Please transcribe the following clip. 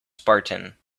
spartan